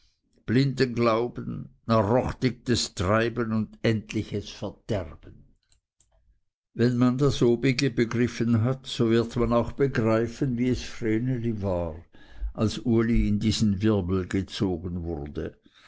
blinden glauben narrochtiges treiben und endliches verderben wenn man das obige begriffen hat so wird man auch begreifen wie es vreneli war daß uli in diesen wirbel gezogen wurde